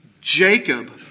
Jacob